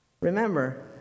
remember